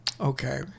Okay